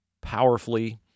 powerfully